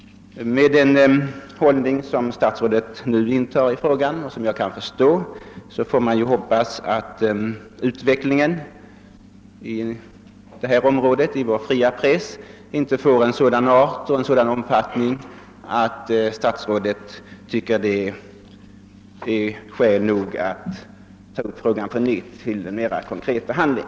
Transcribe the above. Med den hållning som statsrådet nu intar i frågan, får man hoppas att utvecklingen inom detta område i vår fria press inte blir av sådan art och omfattning, att statsrådet tycker det ger skäl nog att ta upp ämnet på nytt till en mera konkret behandling.